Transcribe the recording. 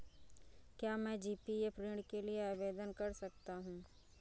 क्या मैं जी.पी.एफ ऋण के लिए आवेदन कर सकता हूँ?